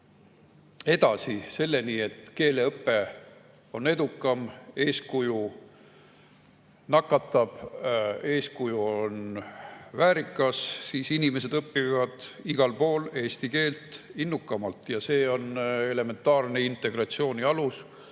edasi selleni, et keeleõpe on edukam, eeskuju nakatab, eeskuju on väärikas, siis inimesed õpivad igal pool eesti keelt innukamalt. See on elementaarne integratsiooni alus